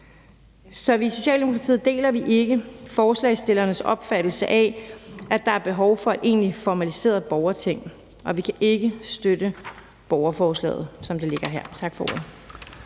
Så i Socialdemokratiet deler vi ikke forslagsstillernes opfattelse af, at der er behov for et egentlig formaliseret borgerting, og vi kan ikke støtte beslutningsforslaget, som det ligger her. Tak for ordet.